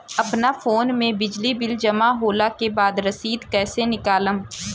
अपना फोन मे बिजली बिल जमा होला के बाद रसीद कैसे निकालम?